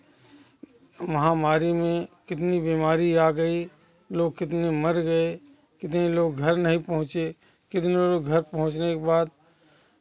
महामारी में कितनी बीमारी आ गई लोग कितने मर गए कितने लोग घर नहीं पहुँचे कितने लोग घर पहुँचने के बाद